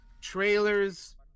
trailers